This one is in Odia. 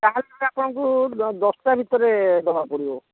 ଯାହାହେଲେ ବି ନହେଲେ ଆପଣଙ୍କୁ ଦଶ୍ଟା ଭିତରେ ଦେବାକୁ ପଡ଼ିବ